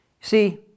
See